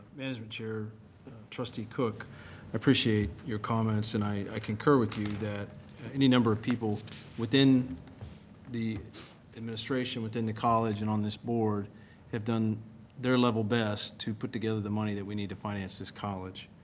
management chair trustee cook. i appreciate your comments and i concur with you that any number of people within the administration within the college and on this board have done their level best to put together the money that we need to finance this college.